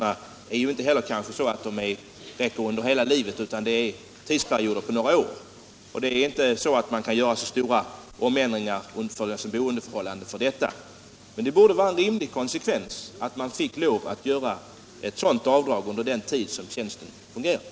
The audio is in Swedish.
De här tjänsterna räcker kanske inte heller under hela livet utan bara under några år, och det är därför svårt att göra större ändringar när det gäller boendeförhållandena. Det borde emellertid vara en rimlig konsekvens att man fick lov att göra ett avdrag för den tid tjänsten upprätthålls.